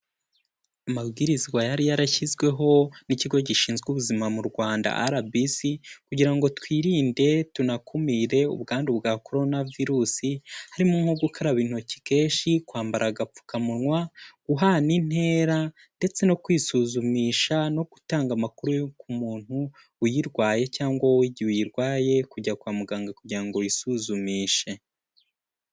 Amabwirizwa yari yarashyizweho n'ikigo gishinzwe ubuzima mu Rwanda RBC, kugira ngo twirinde tunakumire ubwandu bwa korona virusi, harimo nko gukaraba intoki kenshi, kwambara agapfukamunwa, guhana intera ndetse no kwisuzumisha no gutanga amakuru yo ku muntu uyirwaye cyangwa wowe igihe uyirwaye, kujya kwa muganga kugira ngo wisuzumishe.